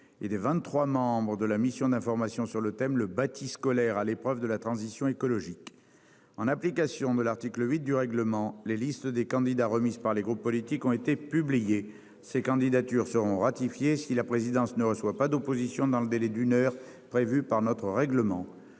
membres de la mission d'information sur le thème :« Le bâti scolaire à l'épreuve de la transition écologique. » En application de l'article 8 de notre règlement, la liste des candidats présentés par les groupes a été publiée. Ces candidatures seront ratifiées si la présidence ne reçoit pas d'opposition dans le délai d'une heure prévu par notre règlement.